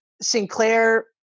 Sinclair